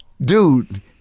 Dude